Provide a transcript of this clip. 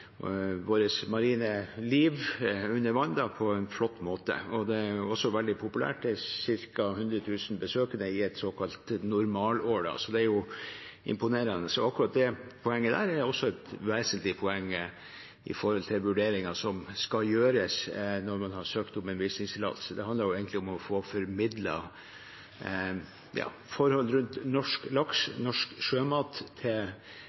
marine liv under vann på en flott måte. Det er også veldig populært, det er ca. 100 000 besøkende i et såkalt normalår. Det er jo imponerende, og akkurat det poenget er også et vesentlig poeng opp mot vurderinger som skal gjøres når man har søkt om en visningstillatelse. Det handler jo egentlig om å få formidlet forhold rundt norsk laks og norsk sjømat til